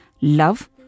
love